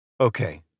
Okay